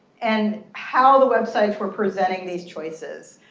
and how the websites were presenting these choices,